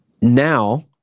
now